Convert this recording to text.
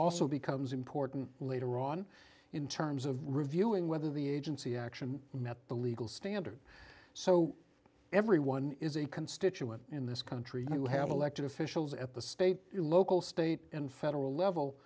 also becomes important later on in terms of reviewing whether the agency action met the legal standard so everyone is a constituent in this country who have elected officials at the state local state and federal level